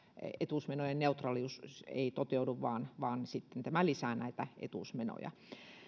etuusmenojen neutraalius ei toteudu vaan vaan sitten tämä lisää näitä etuusmenoja